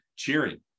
Cheering